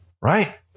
right